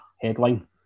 headline